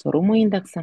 tvarumo indeksą